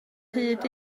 hyd